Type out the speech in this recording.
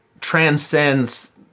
transcends